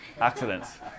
Accidents